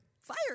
fire